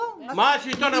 ברור, מה זאת אומרת?